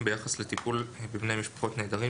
לטיפול במשפחות נעדרים